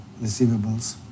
receivables